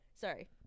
Sorry